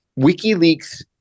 WikiLeaks